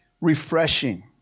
refreshing